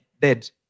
Dead